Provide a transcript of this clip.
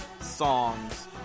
Songs